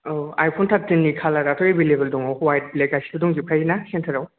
औ आइफन टार्टटिननि कालाराथ' एभेलेबल दङ अवाइट ब्लेक गासैबो दंजोबखायो ना सेन्टाराव